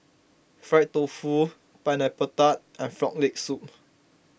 Fried Tofu Pineapple Tart and Frog Leg Soup